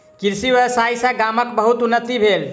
कृषि व्यवसाय सॅ गामक बहुत उन्नति भेल